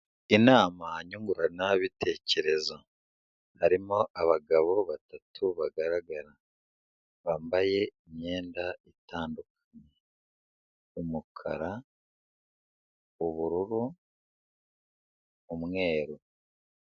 Inama nyunguranabitekerezo harimo abagabo batatu bagaragara bambaye imyenda itandukanye umukara, ubururu, umweru.